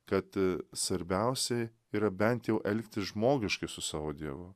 kad a svarbiausiai yra bent jau elgtis žmogiškai su savo dievu